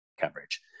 coverage